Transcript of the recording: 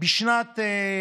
מעל 40% בשנת 2020